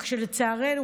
רק שלצערנו,